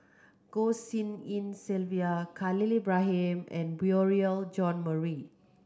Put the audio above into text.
Goh Tshin En Sylvia Khalil Ibrahim and Beurel John Marie